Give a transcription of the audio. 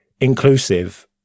inclusive